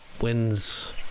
wins